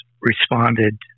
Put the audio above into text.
responded